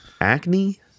acne